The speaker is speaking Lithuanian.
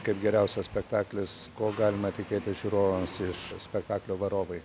kaip geriausias spektaklis ko galima tikėtis žiūrovams iš spektaklio varovai